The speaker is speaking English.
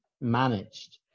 managed